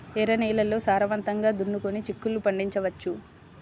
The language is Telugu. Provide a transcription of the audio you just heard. ఎర్ర నేలల్లో సారవంతంగా దున్నుకొని చిక్కుళ్ళు పండించవచ్చు